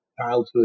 childhood